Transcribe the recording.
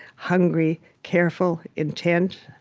hungry, careful, intent.